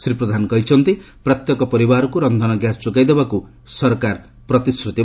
ଶ୍ରୀ ପ୍ରଧାନ କହିଛନ୍ତି ପ୍ରତ୍ୟେକ ପରିବାରକୁ ରନ୍ଧନ ଗ୍ୟାସ ଯୋଗାଇଦେବାକୁ ସରକାର ପ୍ରତିଶ୍ରୁତିବଦ୍ଧ